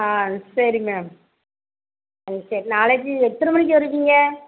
ஆ சரி மேம் ஆ சரி நாளைக்கு எத்தனை மணிக்கு வருவீங்க